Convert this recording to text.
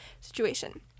situation